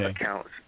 accounts